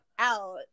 Out